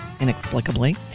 Inexplicably